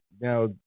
now